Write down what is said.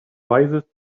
wisest